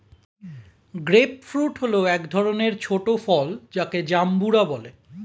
grape fruit হল এক ধরনের ছোট ফল যাকে জাম্বুরা বলে